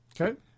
Okay